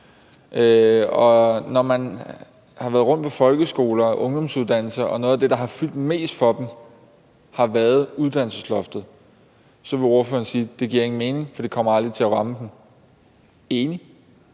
Når man har været rundt på folkeskoler og ungdomsuddannelser, kan man se, at noget af det, der har fyldt mest for dem, har været uddannelsesloftet. Så vil ordføreren sige, at det ikke giver nogen mening, for det kommer aldrig til at ramme dem, og